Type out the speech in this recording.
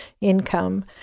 income